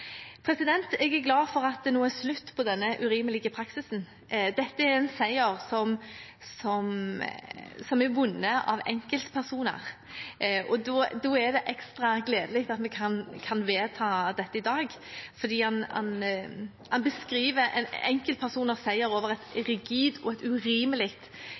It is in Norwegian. Jeg er glad for at det nå er slutt på denne urimelige praksisen. Dette er en seier som er vunnet av enkeltpersoner, og da er det ekstra gledelig at vi kan vedta dette i dag, for det beskriver enkeltpersoners seier over et rigid og et urimelig